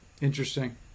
interesting